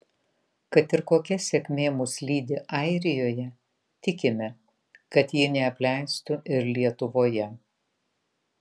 kad ir kokia sėkmė mus lydi airijoje tikime kad ji neapleistų ir lietuvoje